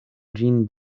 ĝin